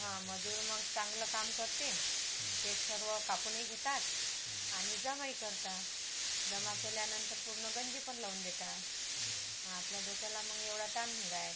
हां मजूर मग चांगलं काम करते ते सर्व कापूनही घेतात आणि जमाही करतात जमा केल्यानंतर पूर्ण गंजी पण लावून देतात हां आपल्या डोक्याला मग एवढा ताण नाही राहात